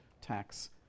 tax